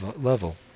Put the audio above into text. level